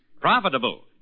Profitable